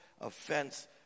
offense